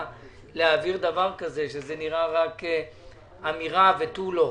להעביר דבר כזה שנראה רק אמירה ותו לא.